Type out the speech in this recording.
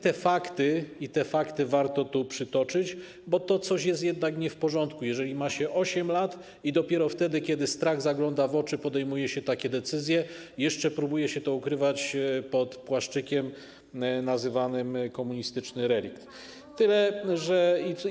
Te fakty warto tu przytoczyć, bo to coś jest jednak nie w porządku, jeżeli ma się 8 lat i dopiero wtedy, kiedy strach zagląda w oczy, podejmuje się takie decyzje i jeszcze próbuje się to ukrywać pod płaszczykiem nazywanym komunistycznym reliktem.